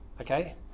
okay